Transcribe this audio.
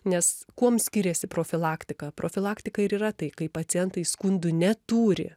nes kuom skiriasi profilaktika profilaktika ir yra tai kai pacientai skundų neturi